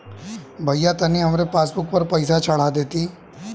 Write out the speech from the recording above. भईया तनि हमरे पासबुक पर पैसा चढ़ा देती